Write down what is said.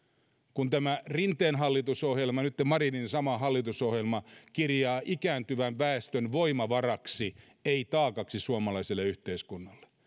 kun tämä rinteen hallitusohjelma nytten marinin sama hallitusohjelma kirjaa ikääntyvän väestön voimavaraksi ei taakaksi suomalaiselle yhteiskunnalle